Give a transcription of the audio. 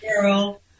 girl